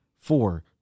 Four